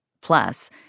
Plus